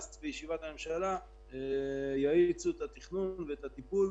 בישיבת הממשלה יאיצו את התכנון ואת הטיפול,